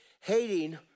hating